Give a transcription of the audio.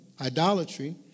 idolatry